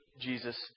Jesus